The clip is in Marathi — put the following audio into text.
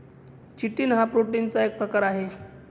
चिटिन हा प्रोटीनचा एक प्रकार आहे